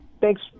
thanks